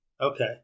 Okay